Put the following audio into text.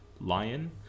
Lion